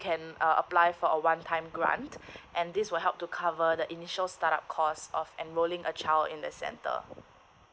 can apply for a one time grant and this will help to cover the initial startup cost of enrolling a child in the centre